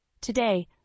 Today